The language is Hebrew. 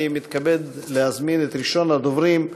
אני מתכבד להזמין את ראשון הדוברים,